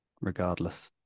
regardless